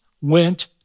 went